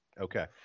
Okay